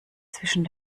zwischen